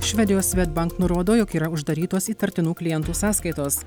švedijos swedbank nurodo jog yra uždarytos įtartinų klientų sąskaitos